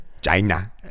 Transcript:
China